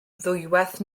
ddwywaith